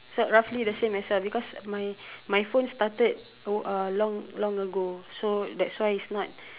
so roughly the same as yours because my my phone started oh uh long long ago so that's why it's not